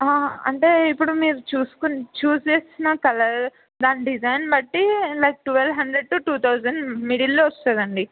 అంటే ఇప్పుడు మీరు చూసుకు చూజ్ చేసిన కలర్ దాని డిజైన్ బట్టి like twelve hundred to two thousand మిడిల్లో వస్తుందండి